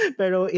pero